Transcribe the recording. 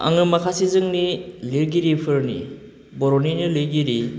आङो माखासे जोंनि लिरगिरिफोरनि बर'निनो लिगिरि